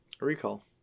recall